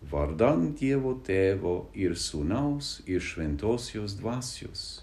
vardan dievo tėvo ir sūnaus ir šventosios dvasios